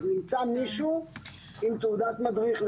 אז נמצא מישהו עם תעודת מדריך,